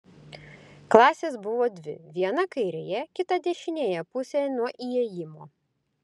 klasės buvo dvi viena kairėje kita dešinėje pusėje nuo įėjimo